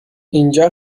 اینجا